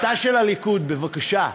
בתא של הליכוד, בבקשה.